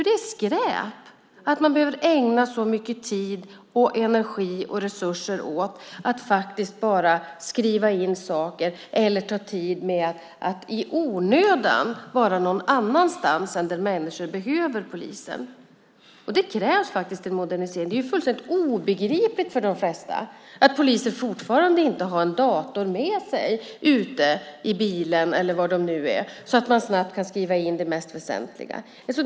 Det är skräp att man behöver ägna så mycket tid, energi och resurser åt att bara skriva in saker eller ta tid med att i onödan vara någon annanstans än där människor behöver polisen. Det krävs en modernisering. Det är fullkomligt obegripligt för de flesta att poliser fortfarande inte har en dator med sig ute i bilen eller var de nu är så att de snabbt kan skriva in det mest väsentliga.